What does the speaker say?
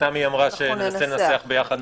תמי אמרה שננסח משהו ביחד,